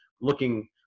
looking